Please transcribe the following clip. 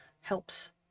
helps